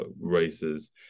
races